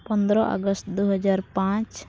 ᱯᱚᱸᱫᱽᱨᱚ ᱟᱜᱚᱥᱴ ᱫᱩ ᱦᱟᱡᱟᱨ ᱯᱟᱸᱪ